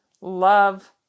love